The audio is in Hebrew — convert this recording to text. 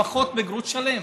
לפחות בגרות שלמה.